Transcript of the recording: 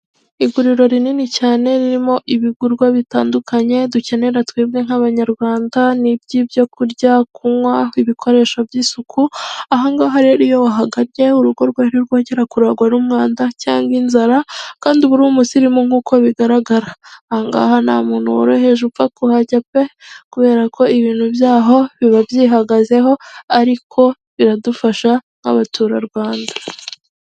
Iguriro rinini cyane ririmo ibigurwa bitandukanye, dukenera twebwe nk'abanyarwanda n'iby'ibyo kurya, kunywa, ibikoresho by'isuku ahangaha rero iyo wahagannye, urugo rwawe ntirwongera kurangwa n'umwanda, cyangwa inzara kandi uba uri umusirimu nk'uko bigaragara. Angaha nta muntu woroheje upfa kuhajya pe! kubera ko ibintu byaho biba byihagazeho ariko biradufasha nk'abaturarwanda.